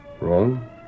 Wrong